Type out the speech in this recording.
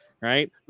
right